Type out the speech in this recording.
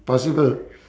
possible